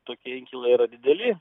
tokie inkilai yra dideli